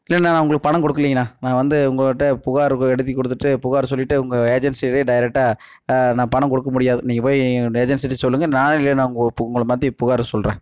இல்லை நான் உங்களுக்கு பணம் கொடுக்குலிங்னா நா வந்து உங்கள் கிட்ட புகார் எழுதி கொடுத்துட்டு புகார் சொல்லிட்டு உங்கள் ஏஜென்சிக்கு டேரெக்ட்டா நான் பணம் கொடுக்க முடியாது நீங்கள் போய் ஏஜென்சிட்ட சொல்லுங்கள் நான் வந்து உங்களை பற்றி புகார் சொலகிறேன்